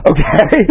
Okay